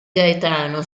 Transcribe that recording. gaetano